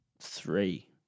three